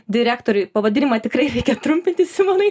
direktoriui pavadinimą tikrai reikia trumpinti simonai